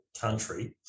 country